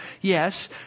yes